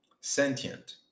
Sentient